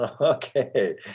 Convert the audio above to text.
Okay